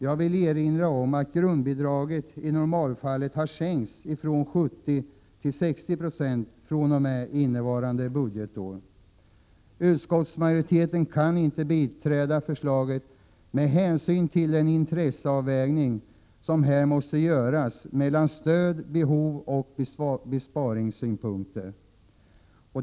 Jag vill erinra om att grundbidraget i normalfallet har sänkts från 70 till 60 96 fr.o.m. innevarande budgetår. Utskottsmajoriteten kan inte biträda förslaget med hänsyn till den intresseavvägning som här måste göras mellan stöd, behov och besparingssynpunkter.